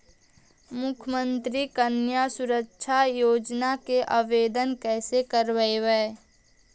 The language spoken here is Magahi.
मुख्यमंत्री कन्या सुरक्षा योजना के आवेदन कैसे करबइ?